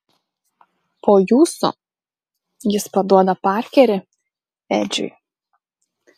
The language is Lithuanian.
po jūsų jis paduoda parkerį edžiui